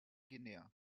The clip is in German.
guinea